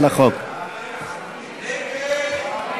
תמר זנדברג,